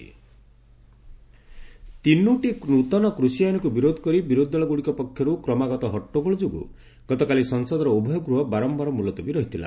parliament adjourn ତିନୋଟି ନୃତନ କୃଷି ଆଇନକୁ ବିରୋଧ କରି ବିରୋଧୀଦଳଗୁଡିକ ପକ୍ଷରୁ କ୍ରମାଗତ ହଟ୍ଟଗୋଳ ଯୋଗୁଁ ଗତକାଲି ସଂସଦର ଉଭୟ ଗୃହ ବାରମ୍ଭାର ମ୍ବଲତବୀ ରହିଥିଲା